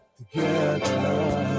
together